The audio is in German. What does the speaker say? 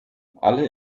alle